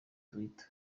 twitter